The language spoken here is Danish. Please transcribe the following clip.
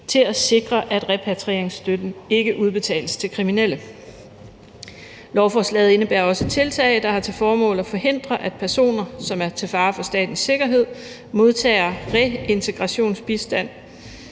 til at sikre, at repatrieringsstøtten ikke udbetales til kriminelle. Lovforslaget indebærer også tiltag, der har til formål at forhindre, at personer, som er til fare for statens sikkerhed, modtager reintegrationsbistand